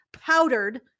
powdered